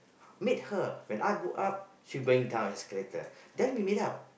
meet her when I go up she going down the escalator then we meet up